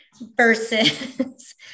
versus-